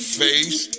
face